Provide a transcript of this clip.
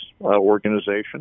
organization